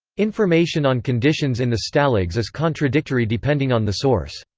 information on conditions in the stalags is contradictory depending on the source.